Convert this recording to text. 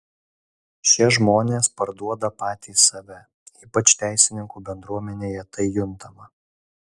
šie žmonės parduoda patys save ypač teisininkų bendruomenėje tai juntama